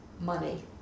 Money